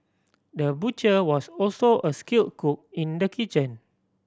the butcher was also a skilled cook in the kitchen